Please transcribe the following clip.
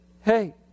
Hey